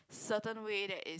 certain way that is